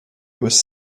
was